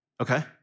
okay